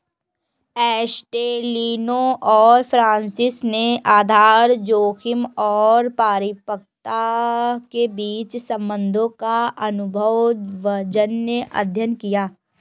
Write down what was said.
एस्टेलिनो और फ्रांसिस ने आधार जोखिम और परिपक्वता के बीच संबंधों का अनुभवजन्य अध्ययन किया